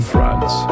France